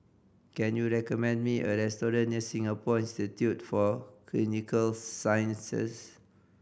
can you recommend me a restaurant near Singapore Institute for Clinical Sciences